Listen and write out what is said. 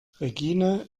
regine